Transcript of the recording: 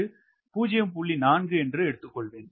4 எடுத்துக்கொள்வேன்